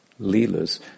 leelas